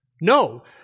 No